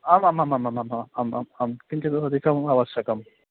आमाममममा अम् अम् अं किञ्चिद् अधिकम् आवश्यकम्